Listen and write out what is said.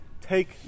take